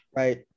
right